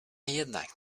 jednak